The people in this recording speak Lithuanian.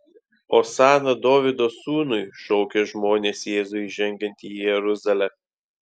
osana dovydo sūnui šaukė žmonės jėzui įžengiant į jeruzalę